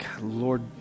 Lord